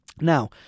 Now